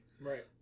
right